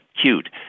cute